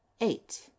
eight